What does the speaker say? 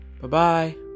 Bye-bye